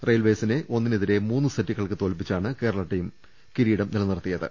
റെയിൽവെയ്സിനെ ഒന്നിനെ തിരെ മൂന്ന് സെറ്റുകൾക്ക് തോൽപ്പിച്ചാണ് കേരളാ ടീം കിരീടം നില നിർത്തിയത്